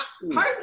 personally